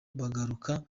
bagaruka